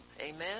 Amen